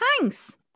thanks